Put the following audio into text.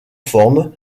formes